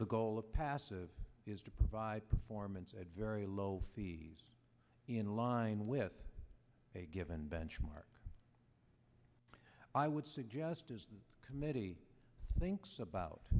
the goal of passive is to provide performance at very low fees in line with a given benchmark i would suggest as the committee thinks about